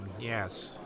Yes